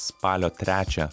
spalio trečią